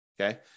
Okay